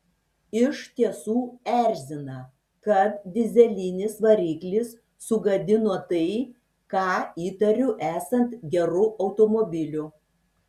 iš tiesų erzina kad dyzelinis variklis sugadino tai ką įtariu esant geru automobiliu